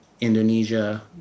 Indonesia